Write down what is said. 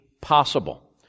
possible